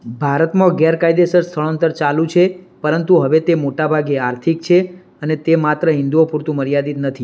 ભારતમાં ગેરકાયદેસર સ્થળાંતર ચાલુ છે પરંતુ હવે તે મોટાભાગે આર્થિક છે અને તે માત્ર હિંદુઓ પૂરતું મર્યાદિત નથી